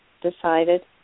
decided